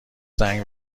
زنگ